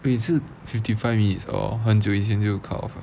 wait 是 fifty five minutes or 很久以前就 cut off liao